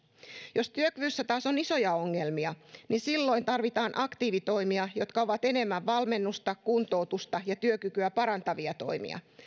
jos työkyvyssä taas on isoja ongelmia niin silloin tarvitaan aktiivitoimia jotka ovat enemmän valmennusta kuntoutusta ja työkykyä parantavia toimia